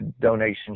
donation